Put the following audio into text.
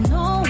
no